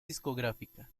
discográfica